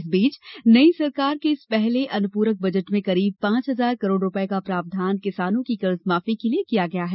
इस बीच नई सरकार के इस पहले अनुपूरक बजट में करीब पांच हजार करोड रुपए का प्रावधान किसानों की कर्ज माफी के लिए किया गया है